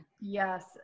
Yes